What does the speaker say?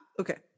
okay